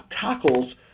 tackles